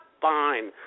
fine